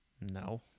no